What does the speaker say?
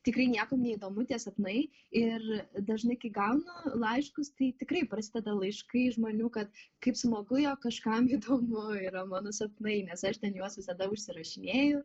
tikrai niekam neįdomu tie sapnai ir dažnai kai gaunu laiškus tai tikrai prasideda laiškai žmonių kad kaip smagu jog kažkam įdomu yra mano sapnai nes aš ten juos visada užsirašinėju